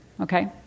Okay